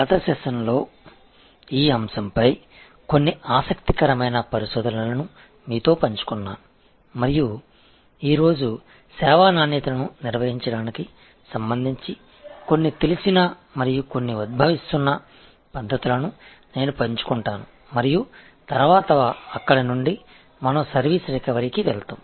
கடந்த அமர்வில் இந்த தலைப்பில் சில சுவாரஸ்யமான ஆராய்ச்சிகளை உங்களுடன் பகிர்ந்துகொண்டேன் இன்று சர்வீஸின் க்வாலிடியை நிர்வகிப்பது தொடர்பாக சில அறியப்பட்ட மற்றும் சில வளர்ந்து வரும் முறைகளைப் பகிர்ந்து கொள்கிறேன் பின்னர் அங்கிருந்து சர்வீஸ் ரிகவரிக்குச் செல்வோம்